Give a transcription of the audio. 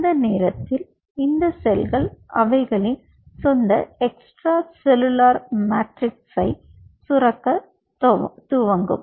அந்த நேரத்தில் இந்த செல்கள் அவைகளின் சொந்த எக்ஸ்ட்ரா செல்லுலர் மேட்ரிக்ஸை சுரக்கத் தொடங்கும்